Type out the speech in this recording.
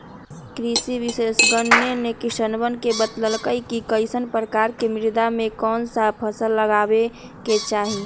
कृषि विशेषज्ञ ने किसानवन के बतल कई कि कईसन प्रकार के मृदा में कौन सा फसल लगावे के चाहि